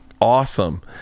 awesome